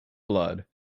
blood